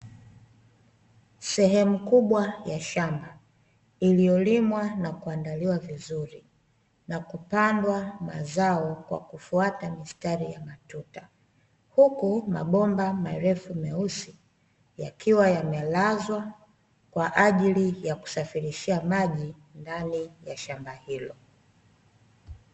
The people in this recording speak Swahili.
Sehemu kubwa ya shamba iliyolimwa na kuandaliwa vizuri na kupandwa mazao kwa kufuata mistari ya matuta, huku mabomba marefu meusi yakiwa yamelazwa kwa ajili ya kusafirishia maji ndani ya shamba hilo.